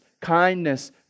Kindness